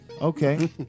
Okay